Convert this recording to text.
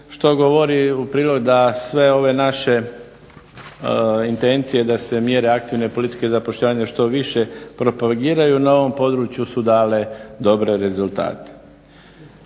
što govori u prilog da sve ove naše intencije da se mjere aktivne politike zapošljavanja što više propagiraju na ovom području su dale dobre rezultate.